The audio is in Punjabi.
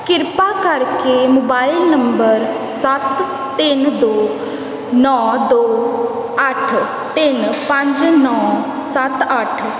ਕ੍ਰਿਪਾ ਕਰਕੇ ਮੋਬਾਈਲ ਨੰਬਰ ਸੱਤ ਤਿੰਨ ਦੋ ਨੌਂ ਦੋ ਅੱਠ ਤਿੰਨ ਪੰਜ ਨੋ ਸੱਤ ਅੱਠ